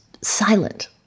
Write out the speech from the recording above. silent